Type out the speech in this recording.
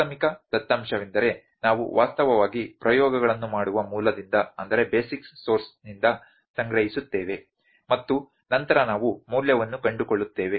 ಪ್ರಾಥಮಿಕ ದತ್ತಾಂಶವೆಂದರೆ ನಾವು ವಾಸ್ತವವಾಗಿ ಪ್ರಯೋಗಗಳನ್ನು ಮಾಡುವ ಮೂಲದಿಂದ ಸಂಗ್ರಹಿಸುತ್ತೇವೆ ಮತ್ತು ನಂತರ ನಾವು ಮೌಲ್ಯವನ್ನು ಕಂಡುಕೊಳ್ಳುತ್ತೇವೆ